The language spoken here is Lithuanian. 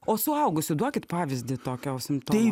o suaugusių duokit pavyzdį tokio simptomo